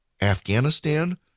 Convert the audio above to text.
afghanistan